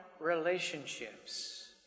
relationships